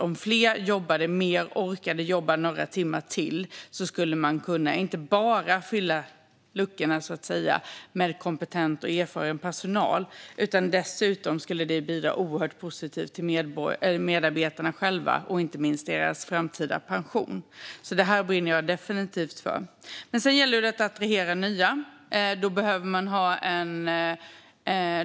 Om fler jobbade mer och orkade jobba några timmar till skulle man inte bara kunna fylla luckorna med kompetent och erfaren personal; det skulle dessutom bidra oerhört positivt till medarbetarna själva, inte minst till deras framtida pension. Det här brinner jag definitivt för. Sedan gäller det också att attrahera nya.